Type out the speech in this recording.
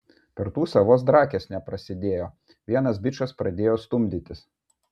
per tūsą vos drakės neprasidėjo vienas bičas pradėjo stumdytis